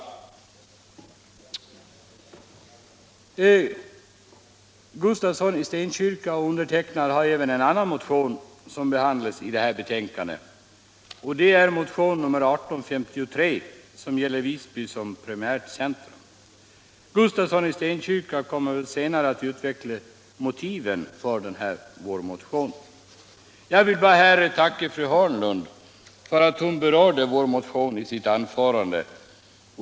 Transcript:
Herr Gustafsson i Stenkyrka och jag har även en annan motion som behandlas i detta betänkande, nämligen motion nr 1853, som gäller Visby som primärt centrum. Herr Gustafsson kommer väl senare att utveckla motiven för vår motion. Jag vill här bara tacka fru Hörnlund för att hon i sitt anförande berörde motionen.